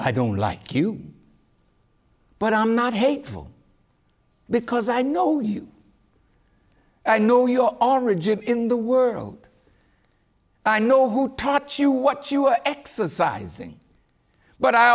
i don't like you but i'm not hateful because i know you i know your origin in the world i know who taught you what you are exercising but i